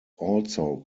also